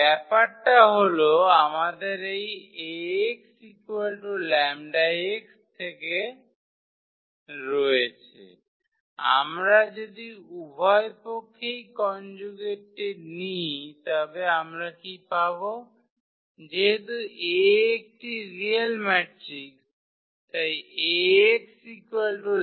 ব্যাপারটা হল আমাদের এই 𝐴𝑥 𝜆 𝑥 থেকে রয়েছে আমরা যদি উভয় পক্ষেই কনজুগেটটি নিই তবে আমরা কী পাব যেহেতু 𝐴 একটি রিয়েল ম্যাট্রিক্স তাই 𝐴𝑥 𝜆𝑥